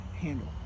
handle